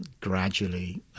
gradually